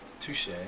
Touche